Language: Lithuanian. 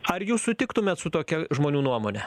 ar jūs sutiktumėt su tokia žmonių nuomone